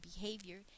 behavior